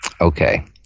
Okay